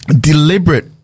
deliberate